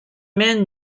mains